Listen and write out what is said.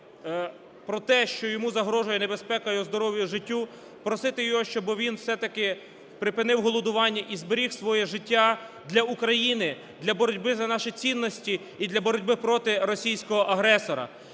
про те, що йому загрожує небезпека його здоров'ю і життю, просити його, щоби він все-таки припинив голодування і зберіг своє життя для України, для боротьби за наші цінності і для боротьби проти російського агресора.